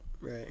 Right